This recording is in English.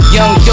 Young